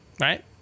right